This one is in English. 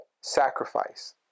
sacrifice